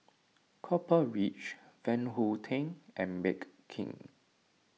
Copper Ridge Van Houten and Bake King